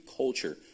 culture